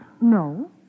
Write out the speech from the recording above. No